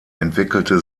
entwickelte